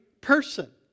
person